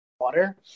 water